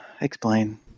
Explain